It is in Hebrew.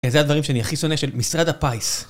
אה, זה הדברים שאני הכי שונא של משרד הפיס.